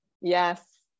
Yes